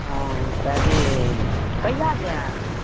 हँ तऽ जे कहिया जायब